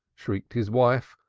shrieked his wife,